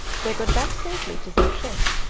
they got back safely to their ship,